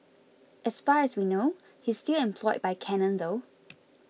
as far as we know he's still employed by Canon though